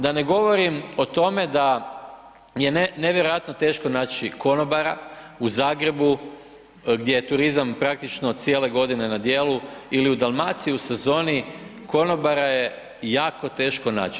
Da ne govorim o tome da je nevjerojatno teško naći konobara u Zagrebu gdje je turizam praktično cijele godine na djelu ili u Dalmaciji u sezoni, konobara je jeko teško naći.